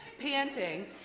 panting